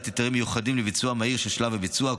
היתרים מיוחדים לביצוע מהיר של שלב הביצוע.